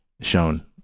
shown